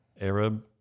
Arab